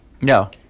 No